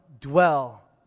dwell